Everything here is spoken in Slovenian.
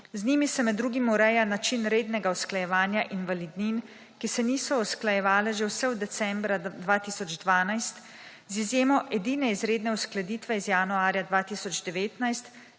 Z njimi se med drugim ureja način rednega usklajevanja invalidnin, ki se niso usklajevale že vse od decembra 2012 z izjemo edine izredne uskladitve iz januarja 2019